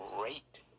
great